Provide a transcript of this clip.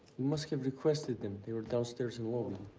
must have requested them. they were downstairs in lobby.